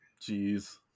Jeez